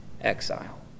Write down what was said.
exile